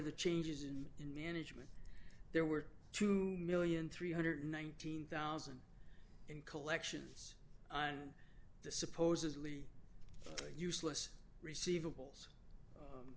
the changes and in management there were two million three hundred and nineteen thousand in collections and the supposedly useless receivables